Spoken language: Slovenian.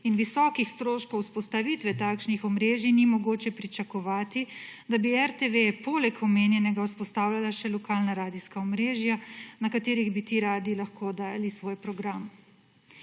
in visokih stroškov vzpostavitve takšnih omrežij ni mogoče pričakovati, da bi RTV poleg omenjenega vzpostavljala še lokalna radijska omrežja, na katerih bi ti radii lahko oddajali svoj program.